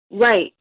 Right